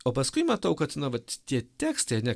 o paskui matau kad na vat tie tekstai ar ne